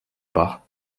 part